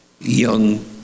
young